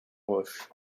roche